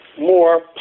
more